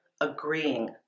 agreeing